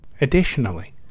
Additionally